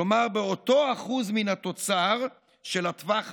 כלומר באותו אחוז מן התוצר של הטווח הארוך,